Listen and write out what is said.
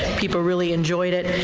people really enjoyed it.